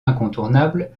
incontournable